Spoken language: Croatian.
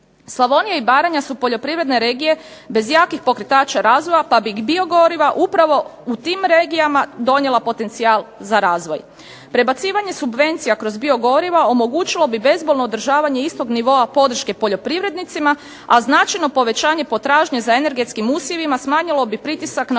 Slavonija i Baranja su poljoprivredne regije bez jakih pokretača razvoja pa bi biogoriva upravo u tim regijama donijela potencijala za razvoj. Prebacivanje subvencija kroz biogoriva omogućila bi bezbolno održavanje istog nivoa podrške poljoprivrednicima, a značajno povećanje potražnje za energetskim usjevima smanjilo bi pritisak na